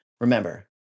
Remember